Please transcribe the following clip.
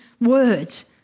words